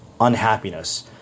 unhappiness